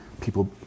people